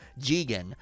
jigen